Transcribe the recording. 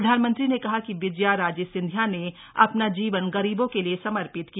प्रधानमंत्री ने कहा कि विजयाराजे सिंधिया ने अपना जीवन गरीबों के लिए समर्पित किया